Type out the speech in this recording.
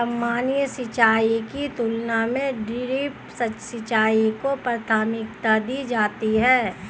सामान्य सिंचाई की तुलना में ड्रिप सिंचाई को प्राथमिकता दी जाती है